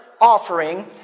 offering